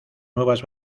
nuevas